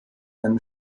einem